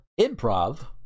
improv